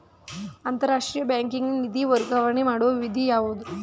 ಅಂತಾರಾಷ್ಟ್ರೀಯ ಬ್ಯಾಂಕಿಗೆ ನಿಧಿ ವರ್ಗಾವಣೆ ಮಾಡುವ ವಿಧಿ ಏನು?